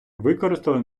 використали